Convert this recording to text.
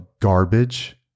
garbage